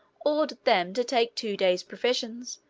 ordered them to take two days' provisions,